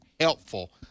helpful